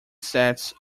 sets